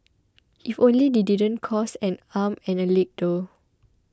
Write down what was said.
if only they didn't cost and arm and a leg though